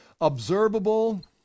observable